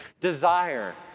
desire